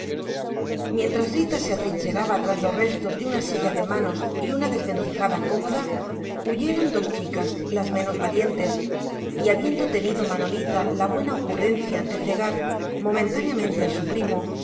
mientras rita se atrincheraba tras los restos de una silla de manos y una desvencijada cómoda huyeron dos chicas las menos valientes y habiendo tenido manolita la buena ocurrencia de cegar momentáneamente a su primo